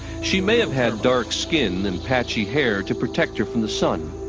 she may have had dark skin and patchy hair to protect her from the sun.